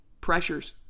pressures